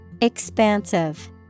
Expansive